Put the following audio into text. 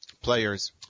players